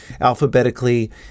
alphabetically